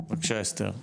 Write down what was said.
בבקשה אסתר.